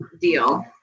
deal